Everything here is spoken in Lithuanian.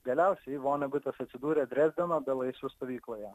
galiausiai vonegutas atsidūrė drezdeno belaisvių stovykloje